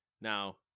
Now